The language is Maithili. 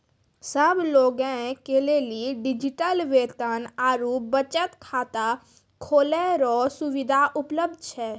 सब लोगे के लेली डिजिटल वेतन आरू बचत खाता खोलै रो सुविधा उपलब्ध छै